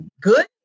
good